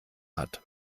hat